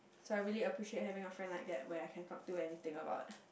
so I really appreciate having a friend like that where I can talk to anything about